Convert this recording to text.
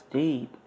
deep